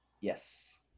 Yes